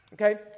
Okay